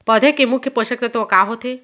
पौधे के मुख्य पोसक तत्व का होथे?